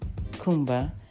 kumba